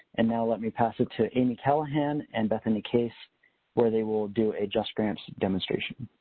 and now let me pass it to amy callaghan and bethany case where they will do a justgrants demonstration.